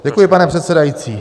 Děkuji, pane předsedající.